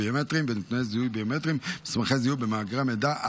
ביומטריים ונתוני זיהוי ביומטריים במסמכי זיהוי ובמאגר מידע,